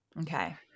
Okay